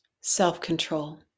self-control